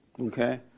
Okay